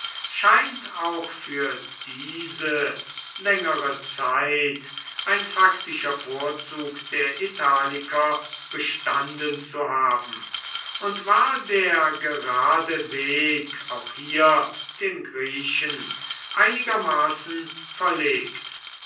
scheint auch für diese längere zeit ein faktischer vorzug der italiker bestanden zu haben und war der gerade weg auch hier den griechen einigermaßen verlegt